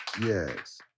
yes